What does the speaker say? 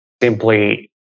simply